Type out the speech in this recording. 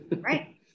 right